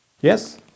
Yes